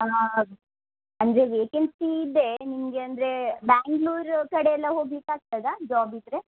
ಹಾಂ ಅಂದರೆ ವೇಕೆನ್ಸಿ ಇದೆ ನಿಮಗೆ ಅಂದರೆ ಬ್ಯಾಂಗ್ಳೂರು ಕಡೆಯಲ್ಲ ಹೋಗಲಿಕ್ಕಾಗ್ತದ ಜಾಬ್ ಇದ್ದರೆ